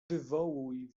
wywołuj